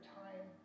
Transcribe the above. time